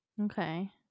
Okay